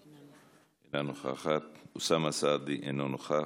אינה נוכחת, אוסאמה סעדי, אינו נוכח,